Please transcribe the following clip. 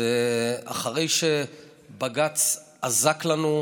אחרי שבג"ץ אזק לנו,